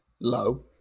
low